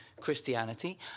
Christianity